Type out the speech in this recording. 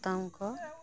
ᱥᱟᱛᱟᱢ ᱠᱚ